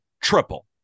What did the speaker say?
triple